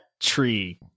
tree